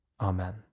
Amen